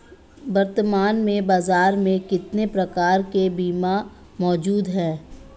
वर्तमान में बाज़ार में कितने प्रकार के बीमा मौजूद हैं?